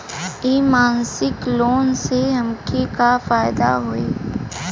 इ मासिक लोन से हमके का फायदा होई?